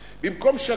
במקום לבזבז את הזמן,